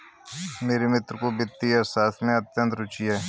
मेरे मित्र को वित्तीय अर्थशास्त्र में अत्यंत रूचि है